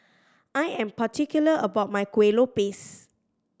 I am particular about my Kuih Lopes